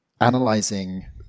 analyzing